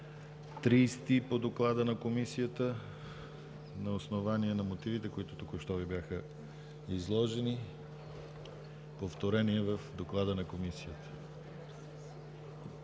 30 по доклада на Комисията на основание на мотивите, които току-що Ви бяха изложени – повторение в доклада на Комисията.